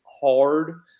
hard